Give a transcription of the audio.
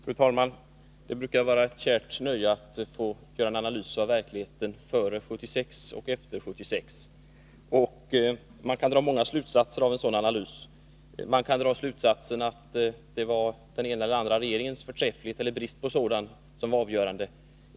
Fru talman! Det brukar vara ett kärt nöje att göra en analys av verkligheten före 1976 och efter 1976. Många slutsatser kan dras av en sådan analys. Man kan dra slutsatsen att det var den ena eller andra regeringens förträfflighet — eller brist på sådan — som var avgörande.